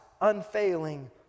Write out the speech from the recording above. unfailing